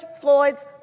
Floyd's